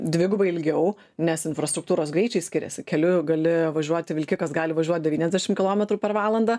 dvigubai ilgiau nes infrastruktūros greičiai skiriasi keliu gali važiuot vilkikas gali važiuot devyniasdešim kilometrų per valandą